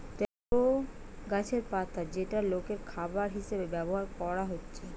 তরো গাছের পাতা যেটা লোকের খাবার হিসাবে ব্যভার কোরা হচ্ছে